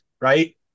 Right